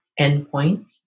endpoint